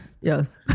Yes